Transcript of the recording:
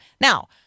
now